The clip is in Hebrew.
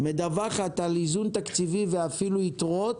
מדווחת על איזון תקציבי ואפילו יתרות.